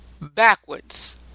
backwards